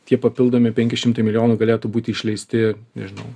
tie papildomi penki šimtai milijonų galėtų būti išleisti nežinau